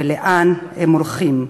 ולאן הם הולכים.